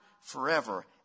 forever